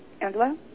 Angela